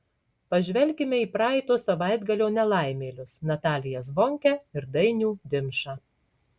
pažvelkime į praeito savaitgalio nelaimėlius nataliją zvonkę ir dainių dimšą